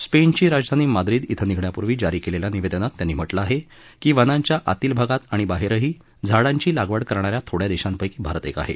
स्पेनची राजधानी माद्रिद शिं निघण्यापूर्वी जारी केलेल्या निवेदनात त्यांनी म्हटलं आहे की वनांच्या आतील भागात आणि बाहेरही झाडांची लागवड करणाऱ्या थोड्या देशांपैकी भारत एक आहे